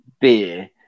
beer